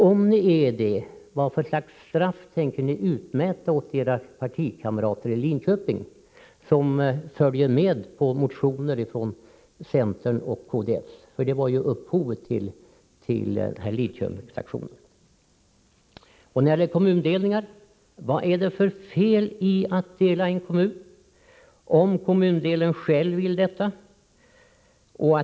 Om ni är det, vilket straff tänker ni då utmäta åt era partikamrater i Linköping, som följer med på motioner från centern och kds? Det var ju upphovet till den här Linköpingsaktionen. Vad är det vidare för fel på att dela en kommun, om kommundelen själv vill det?